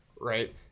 right